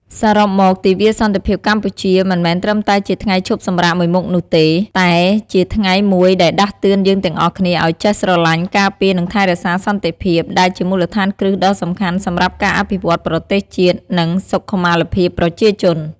សរុបមក ទិវាសន្តិភាពកម្ពុជា មិនមែនត្រឹមតែជាថ្ងៃឈប់សម្រាកមួយមុខនោះទេ តែជាថ្ងៃមួយដែលដាស់តឿនយើងទាំងអស់គ្នាឱ្យចេះស្រឡាញ់ ការពារ និងថែរក្សាសន្តិភាព ដែលជាមូលដ្ឋានគ្រឹះដ៏សំខាន់សម្រាប់ការអភិវឌ្ឍន៍ប្រទេសជាតិ និងសុខុមាលភាពប្រជាជន។